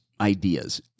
ideas